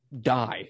die